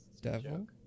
devil